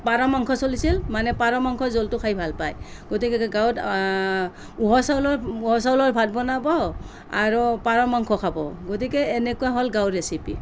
পাৰ মাংস চলিছিল মানে পাৰ মাংস জোলটো খাই ভাল পাব গতিকে গাঁৱত উহোৱা চাউলৰ লগত উগুৱা চাউলৰ ভাত বনাব আৰু পাৰ মাংস খাব গতিকে এনেকুৱা হ'ল গাঁৱৰ ৰেচিপি